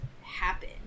happen